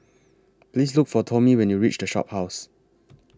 Please Look For Tomie when YOU REACH The Shophouse